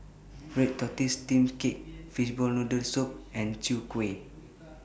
Red Tortoise Steamed Cake Fishball Noodle Soup and Chwee Kueh